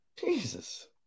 Jesus